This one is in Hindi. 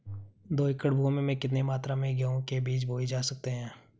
दो एकड़ भूमि में कितनी मात्रा में गेहूँ के बीज बोये जा सकते हैं?